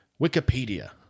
Wikipedia